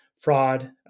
fraud